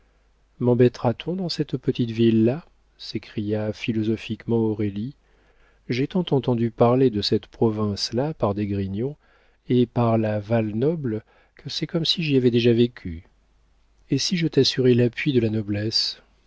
maxime membêtera t on dans cette petite ville-là s'écria philosophiquement aurélie j'ai tant entendu parler de cette province là par d'esgrignon et par la val-noble que c'est comme si j'y avais déjà vécu et si je t'assurais l'appui de la noblesse